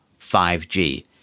5G